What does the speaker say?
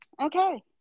okay